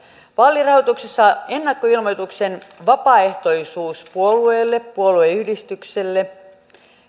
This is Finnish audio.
vaalirahoituksessa ennakkoilmoituksen vapaaehtoisuus puolueelle puolueyhdistykselle